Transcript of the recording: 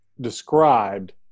described